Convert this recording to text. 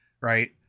Right